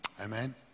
Amen